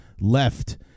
left